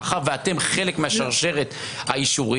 מאחר שאתם חלק משרשרת האישורים,